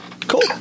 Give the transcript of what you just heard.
cool